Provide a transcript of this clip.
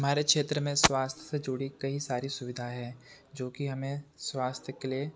हमारे क्षेत्र में स्वास्थ से जुड़ी कई सारी सुविधाएँ हैं जो कि हमें स्वास्थ के लिए